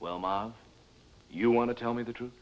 well mom you want to tell me the truth